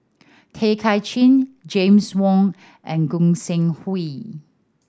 Tay Kay Chin James Wong and Gog Sing Hooi